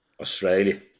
Australia